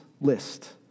list